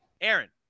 Aaron